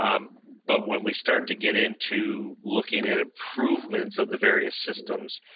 um but when we start to get into looking at improvements of the various systems,